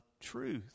truth